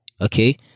okay